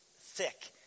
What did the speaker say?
thick